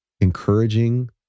encouraging